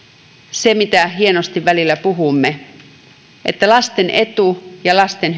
se mistä hienosti välillä puhumme että lasten edun ja lasten